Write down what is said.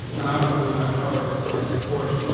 and obviously we're gonna cover this during the course.